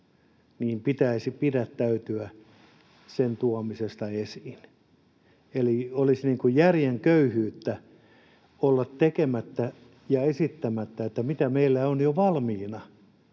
niin pitäisi pidättäytyä sen tuomisesta esiin? Eli olisi järjen köyhyyttä olla tekemättä ja esittämättä, mitä meillä on jo valmiina.